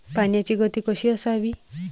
पाण्याची गती कशी असावी?